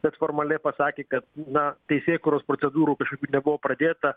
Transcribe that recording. bet formaliai pasakė kad na teisėkūros procedūrų kažkokių nebuvo pradėta